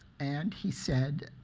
and he said,